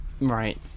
Right